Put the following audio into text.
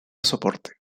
soporte